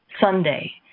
Sunday